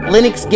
Linux